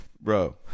Bro